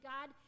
God